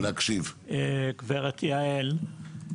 גב' יעל,